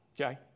okay